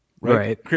Right